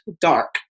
Dark